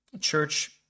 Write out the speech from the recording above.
church